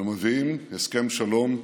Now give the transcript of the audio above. אנו מביאים הסכם שלום,